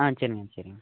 ஆ சரிங்கண்ணா சரிங்கண்ணா